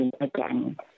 again